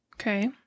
Okay